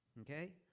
okay